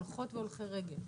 הולכות והולכי רגל.